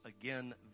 again